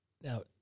Now